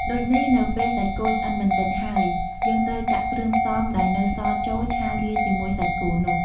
ដូចនេះនៅពេលសាច់គោឆ្អិនបន្តិចហើយ យើងត្រូវចាក់គ្រឿងផ្សំដែលនៅសល់ចូល ឆាលាយជាមួយសាច់គោនោះ។